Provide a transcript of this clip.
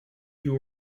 you